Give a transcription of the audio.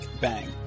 Bang